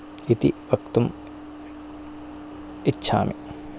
इति वक्तुम् इच्छामि